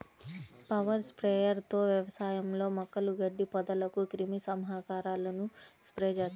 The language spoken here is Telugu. పవర్ స్ప్రేయర్ తో వ్యవసాయంలో మొక్కలు, గడ్డి, పొదలకు క్రిమి సంహారకాలను స్ప్రే చేస్తారు